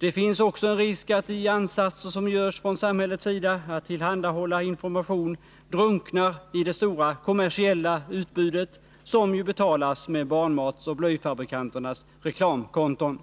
Det finns också en risk att de ansatser som görs från samhällets sida att tillhandahålla information drunknar i det stora kommersiella utbudet, som ju betalas med barnmatsoch blöjfabrikanternas reklamkonton.